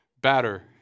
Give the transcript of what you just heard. batter